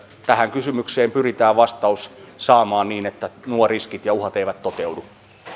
tähän kysymykseen pyritään vastaus saamaan niin että nuo riskit ja uhat eivät toteudu